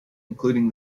including